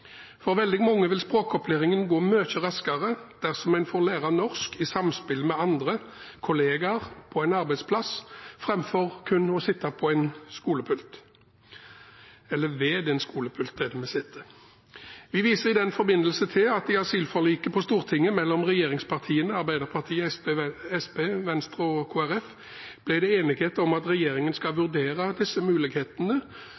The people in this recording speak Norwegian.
for å komme videre. For veldig mange vil språkopplæringen gå mye raskere dersom man får lære norsk i samspill med andre, kolleger, på en arbeidsplass framfor kun å sitte ved en skolepult. Vi viser i den forbindelse til at det i asylforliket på Stortinget mellom regjeringspartiene, Arbeiderpartiet, Senterpartiet, Venstre og Kristelig Folkeparti ble enighet om at regjeringen skal